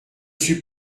suis